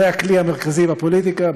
זה הכלי המרכזי בפוליטיקה.